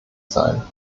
sein